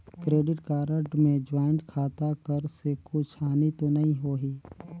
Credit card मे joint खाता कर से कुछ हानि तो नइ होही?